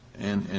and and